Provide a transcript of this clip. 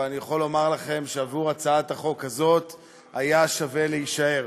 אבל אני יכול לומר לכם שעבור הצעת החוק הזאת היה שווה להישאר.